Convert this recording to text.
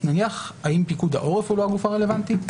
האם פיקוד העורף הוא לא הגוף הרלוונטי?